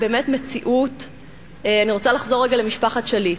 אני רוצה לחזור רגע למשפחת שליט.